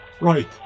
Right